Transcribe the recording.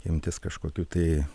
imtis kažkokių tai